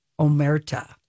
omerta